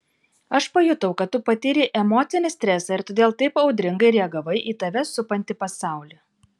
aš pajutau kad tu patyrei emocinį stresą ir todėl taip audringai reagavai į tave supantį pasaulį